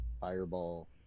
fireball